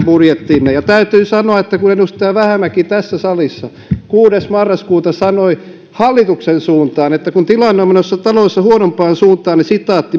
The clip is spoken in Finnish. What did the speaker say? budjettinne ja täytyy sanoa että edustaja vähämäki tässä salissa kuudes marraskuuta sanoi hallituksen suuntaan että kun tilanne on menossa taloudessa huonompaan suuntaan niin